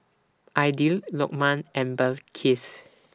Aidil Lokman and Balqis